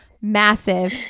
massive